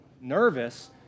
nervous